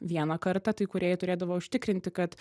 vieną kartą tai kūrėjai turėdavo užtikrinti kad